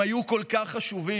הם היו כל כך חשובים